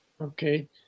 Okay